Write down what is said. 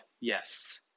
yes